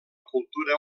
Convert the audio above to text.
cultura